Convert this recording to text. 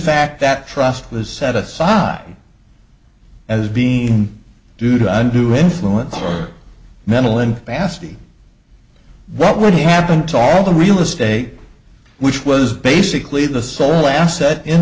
fact that trust was set aside as being due to undo influence or mental incapacity what would happen to all the real estate which was basically the sole asset in